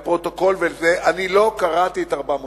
ולפרוטוקול: אני לא קראתי את 400 העמודים.